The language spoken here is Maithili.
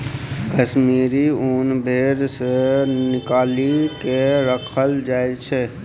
कश्मीरी ऊन भेड़ सँ निकालि केँ राखल जाइ छै